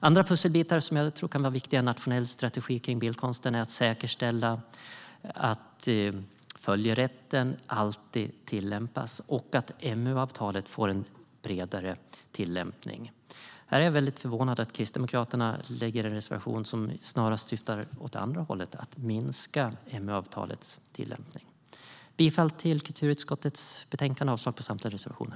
Andra viktiga pusselbitar i en nationell strategi för bildkonsten är att säkerställa att följerätten alltid tillämpas och att MU-avtalet får en bredare tillämpning. Jag är förvånad över att Kristdemokraterna har en reservation som snarast syftar åt andra hållet: att minska MU-avtalets tillämpning. Jag yrkar bifall till kulturutskottets förslag och avslag på samtliga reservationer.